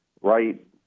right